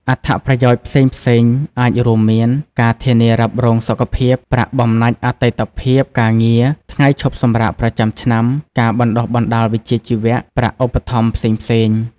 អត្ថប្រយោជន៍ផ្សេងៗអាចរួមមាន ការធានារ៉ាប់រងសុខភាព ប្រាក់បំណាច់អតីតភាពការងារ ថ្ងៃឈប់សម្រាកប្រចាំឆ្នាំ ការបណ្ដុះបណ្ដាលវិជ្ជាជីវៈ ប្រាក់ឧបត្ថម្ភផ្សេងៗ។